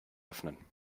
öffnen